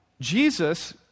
Jesus